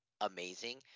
amazing